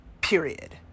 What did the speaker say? period